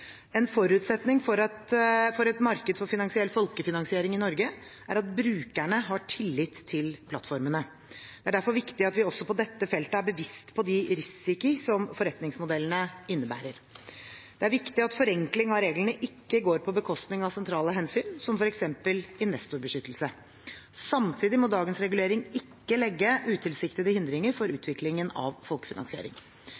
En forutsetning for et marked for finansiell folkefinansiering i Norge er at brukerne har tillit til plattformene. Det er derfor viktig at vi også på dette feltet er bevisste på de risikoer som forretningsmodellene innebærer. Det er viktig at forenkling av reglene ikke går på bekostning av sentrale hensyn, som f.eks. investorbeskyttelse. Samtidig må dagens regulering ikke legge utilsiktede hindringer for